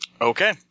Okay